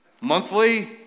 monthly